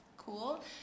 Cool